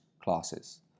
classes